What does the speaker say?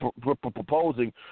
proposing